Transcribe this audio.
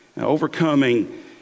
overcoming